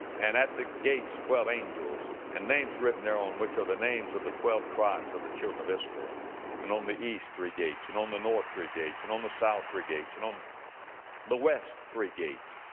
and at the gates twelve angels, and names written thereon, which are the names of the twelve tribes of the chidren of israel and on the east three gates and on the north three gates and on the south three gates and on the west three gates.